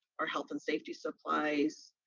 our health and safety supplies,